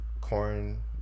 corn